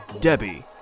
Debbie